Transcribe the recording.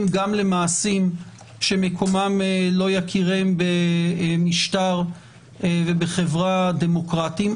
גם למעשים שמקומם לא יכירם במשטר וחברה דמוקרטית,